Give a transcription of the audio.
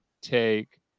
take